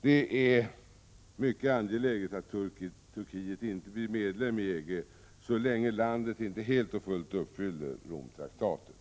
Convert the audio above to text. Det är mycket angeläget att Turkiet inte blir medlem i EG så länge landet inte helt och fullt uppfyller Romtraktatet.